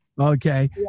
Okay